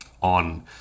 on